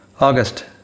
August